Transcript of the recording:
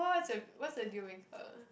what's a what's a deal maker